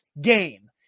game